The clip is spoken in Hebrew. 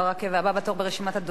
הבא בתור ברשימת הדוברים,